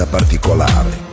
particolare